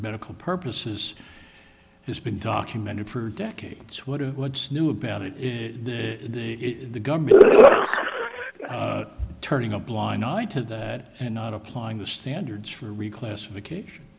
medical purposes has been documented for decades what what's new about it the government turning a blind eye to that and not applying the standards for reclassification